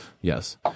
Yes